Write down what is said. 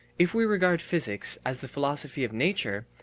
if we regard physics as the philosophy of nature,